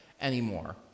anymore